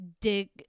dig